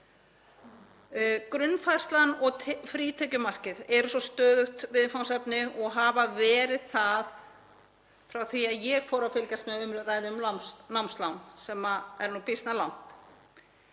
Grunnframfærslan og frítekjumarkið eru svo stöðugt viðfangsefni og hafa verið það frá því að ég fór að fylgjast með umræðum um námslán, sem er nú býsna